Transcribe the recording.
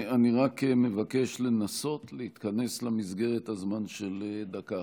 אני רק מבקש לנסות להתכנס למסגרת הזמן של דקה.